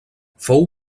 fou